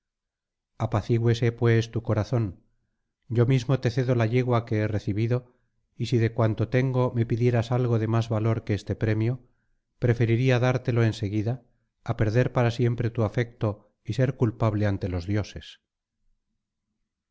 apacigüese pues tu corazón yo mismo te cedo la yegua que he recibido y si de cuanto tengo me pidieras algo de más valor que este premio preferiría dártelo en seguida á perder para siempre tu afecto y ser culpable ante los dioses